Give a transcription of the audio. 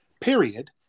period